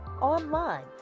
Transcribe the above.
online